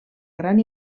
gran